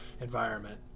environment